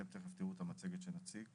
אתם תיכף תראו את המצגת שנציג,